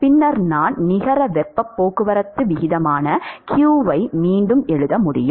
பின்னர் நான் நிகர வெப்பப் போக்குவரத்து விகிதமான q ஐ மீண்டும் எழுத முடியும்